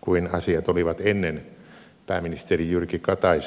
kuin asiat olivat ennen pääministeri jyrki kataisen hallitusta